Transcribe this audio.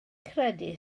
credu